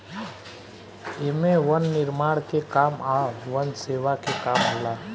एमे वन निर्माण के काम आ वन सेवा के काम होला